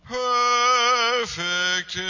perfect